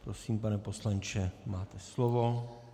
Prosím, pane poslanče, máte slovo.